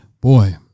Boy